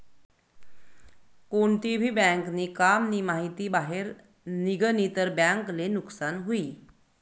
कोणती भी बँक नी काम नी माहिती बाहेर निगनी तर बँक ले नुकसान हुई